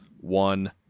one